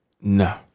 No